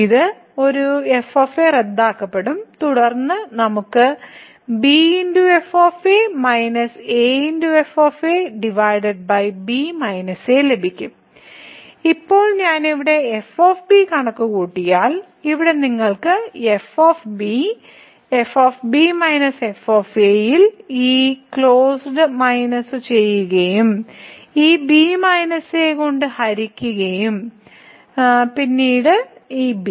ഇത് ഒരു f റദ്ദാക്കപ്പെടും തുടർന്ന് നമുക്ക് bf - afb - a ലഭിക്കും ഇപ്പോൾ ഞാൻ ഇവിടെ f കണക്കുകൂട്ടിയാൽ ഇവിടെ നിങ്ങൾക്ക് f f f ൽ ഈ കോഴ്സ് മൈനസ് ചെയ്യുകയും ഈ b a കൊണ്ട് ഹരിക്കുകയും പിന്നീട് b